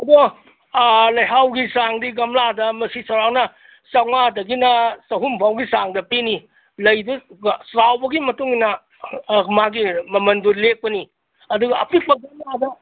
ꯑꯗꯣ ꯂꯩꯍꯥꯎꯒꯤ ꯆꯥꯡꯗꯤ ꯒꯝꯂꯥꯗ ꯃꯁꯤ ꯆꯥꯎꯔꯥꯛꯅ ꯆꯪꯉ꯭ꯋꯥꯗꯒꯤꯅ ꯆꯍꯨꯝ ꯐꯥꯎꯒꯤ ꯆꯥꯡꯗ ꯄꯤꯅꯤ ꯂꯩꯗꯨ ꯆꯥꯎꯕꯒꯤ ꯃꯇꯨꯡ ꯏꯟꯅ ꯃꯥꯒꯤ ꯃꯃꯟꯗꯨ ꯂꯦꯞꯀꯅꯤ ꯑꯗꯨꯒ ꯑꯄꯤꯛꯄ